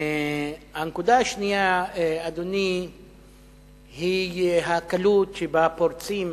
הנקודה השנייה, אדוני, היא הקלות שבה פורצים